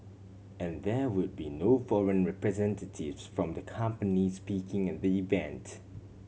and there would be no foreign representatives from the companies speaking at the event